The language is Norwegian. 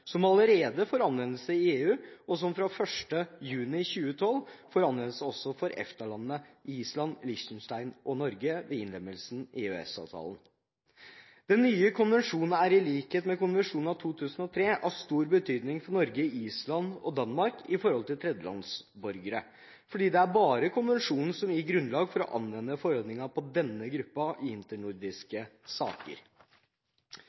som allerede får anvendelse i EU og som fra 1. juni 2012 får anvendelse også for EFTA-landene Island, Liechtenstein og Norge ved innlemmelsen i EØS-avtalen. Den nye konvensjonen er i likhet med konvensjonen av 2003 av stor betydning for Norge, Island og Danmark med hensyn til tredjelandsborgere, fordi det bare er konvensjonen som gir grunnlag for å anvende forordningen på denne gruppen i